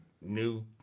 new